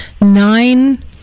nine